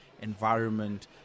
Environment